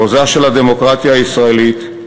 מעוזה של הדמוקרטיה הישראלית,